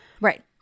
Right